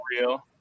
real